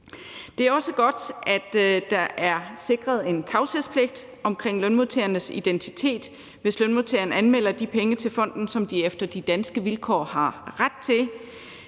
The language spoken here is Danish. Det er også godt, at der er sikret en tavshedspligt omkring lønmodtagernes identitet, hvis lønmodtageren anmelder de penge til fonden, som de efter de danske vilkår har ret til.